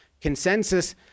consensus